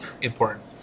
important